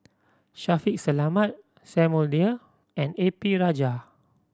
Shaffiq Selamat Samuel Dyer and A P Rajah